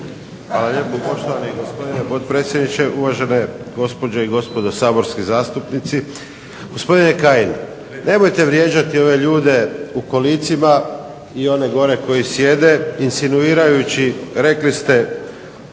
Hvala lijepo, poštovani gospodine potpredsjedniče. Uvažene gospođe i gospodo saborski zastupnici. Gospodine Kajin, nemojte vrijeđati ove ljude u kolicima i one gore koji sjede insinuirajući rekli ste